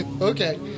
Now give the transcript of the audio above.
Okay